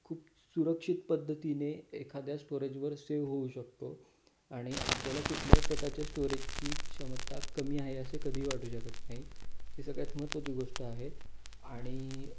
खूप सुरक्षित पद्धतीने एखाद्या स्टोरेजवर सेव्ह होऊ शकतो आणि आपल्याला कुठल्याही प्रकारच्या स्टोरेजची क्षमता कमी आहे असे कधीही वाटू शकत नाही हे सगळ्यात महत्त्वाची गोष्ट आहे आणि